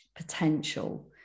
potential